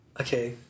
Okay